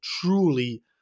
truly